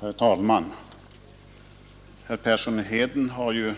Herr talman! Herr Persson i Heden har